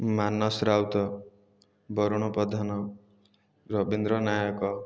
Manas Raut Barun Pradhan Rabindra Nayak